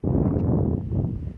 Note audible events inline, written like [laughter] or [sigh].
[breath]